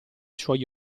suoi